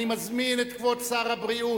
אני מזמין את כבוד שר הבריאות,